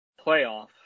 playoff